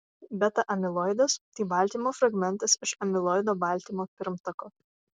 beta amiloidas tai baltymo fragmentas iš amiloido baltymo pirmtako